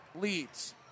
leads